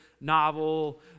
novel